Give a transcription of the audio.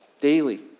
daily